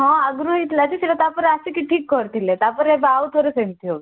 ହଁ ଆଗରୁ ହେଇଥିଲା ଯେ ସେଇଟା ତାପରେ ଆସିକି ଠିକ୍ କରିଥିଲେ ତାପରେ ଏବେ ଆଉଥରେ ସେମିତି ହେଉଛି